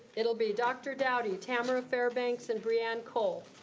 it'll be dr. dowdy, tamara fairbanks and briane cole.